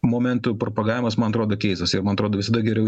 momentų propagavimas man atrodo keistas ir man atrodo visada geriau